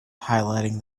highlighting